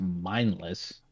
mindless